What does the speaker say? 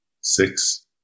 six